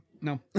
No